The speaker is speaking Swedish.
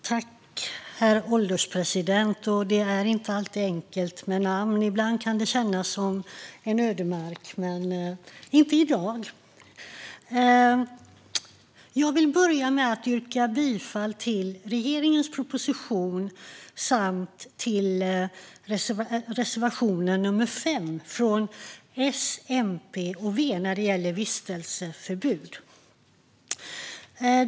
Herr ålderspresident! Jag vill börja med att yrka bifall till regeringens proposition samt till reservation nummer 5 från S, MP och V när det gäller vistelseförbud.